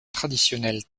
traditionnels